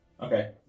Okay